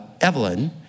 Evelyn